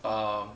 um